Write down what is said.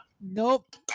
nope